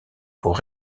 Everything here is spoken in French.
pour